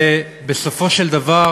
ואני